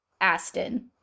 Aston